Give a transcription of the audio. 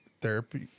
Therapy